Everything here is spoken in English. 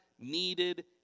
needed